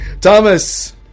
Thomas